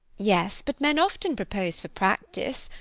yes, but men often propose for practice.